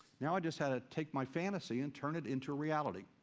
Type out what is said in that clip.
now i just had to take my fantasy and turn it into reality.